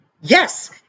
yes